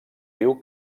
diu